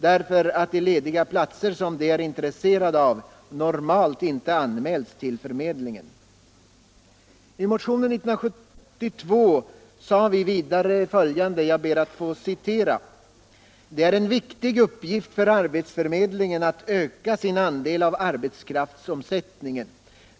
därför att de lediga platser som de är intresserade av normalt inte anmäls till arbetsförmedlingen. I motionen år 1972 sade vi:”Det är en viktig uppgift för arbetsförmedlingen att öka sin andel av arbetskraftsomsättningen.